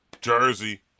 Jersey